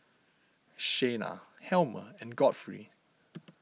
Shayna Helmer and Godfrey